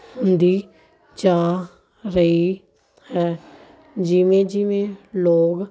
ਹੁੰਦੀ ਜਾ ਰਹੀ ਹੈ ਜਿਵੇਂ ਜਿਵੇਂ ਲੋਕ